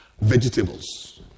vegetables